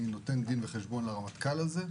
אני נותן דין וחשבון לרמטכ"ל על זה.